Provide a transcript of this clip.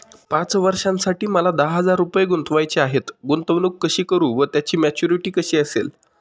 पाच वर्षांसाठी मला दहा हजार रुपये गुंतवायचे आहेत, गुंतवणूक कशी करु व त्याची मॅच्युरिटी कशी असेल?